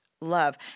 love